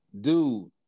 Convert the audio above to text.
dude